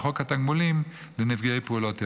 בחוק התגמולים לנפגעי פעולות איבה.